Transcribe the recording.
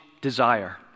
desire